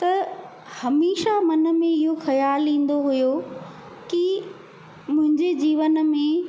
त हमेशा मन में इहो ख़्यालु ईंदो हुयो की मुंहिंजे जीवन में